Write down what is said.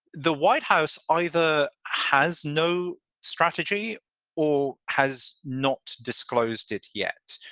the white house either has no strategy or has not disclosed it yet.